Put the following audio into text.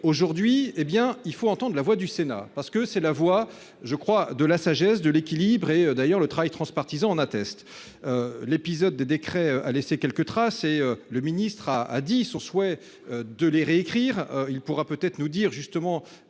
aujourd'hui, hé bien il faut entendre la voix du Sénat parce que c'est la voix je crois de la sagesse de l'équilibre et d'ailleurs le travail transpartisan en attestent. L'épisode des décrets a laissé quelques traces et le ministre a a dit son souhait de les réécrire, il pourra peut-être nous dire justement